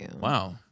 Wow